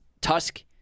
Tusk